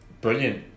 Brilliant